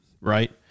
right